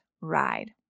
ride